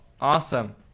awesome